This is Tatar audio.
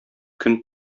көн